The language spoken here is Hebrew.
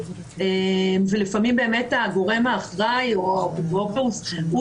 ולפעמים הגורם האחראי או האפוטרופוס הוא